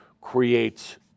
creates